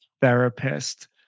therapist